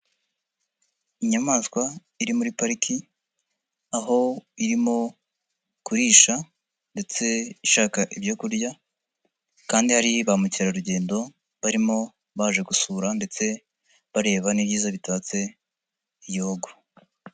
Inyamaswa iri muri pariki aho irimo kurisha ndetse ishaka ibyo kurya kandi hari ba mukerarugendo barimo baje gusura ndetse bareba n'ibyiza bitatse igihugu.